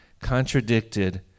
contradicted